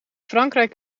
frankrijk